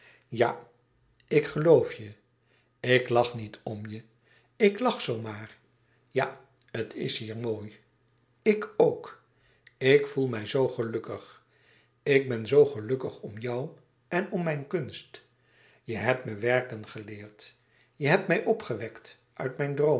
ja ik geloof je ik lach niet om je ik lach zoo maar ja het is hier mooi ik ook ik voel mij zoo gelukkig ik ben zoo gelukkig om jou en om mijn kunst e hebt me werken geleerd je hebt mij opgewekt uit mijn droomen